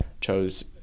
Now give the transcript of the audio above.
chose